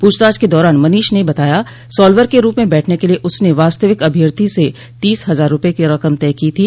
पूछताछ के दौरान मनीष ने बताया साल्वर के रूप में बैठने के लिए उसने वास्तविक अभ्यर्थी से तीस हजार रूपये की रकम तय की थी